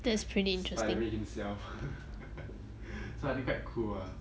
spider-man himself so I think quite cool ah